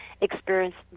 experienced